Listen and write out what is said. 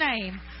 name